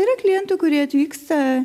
yra klientų kurie atvyksta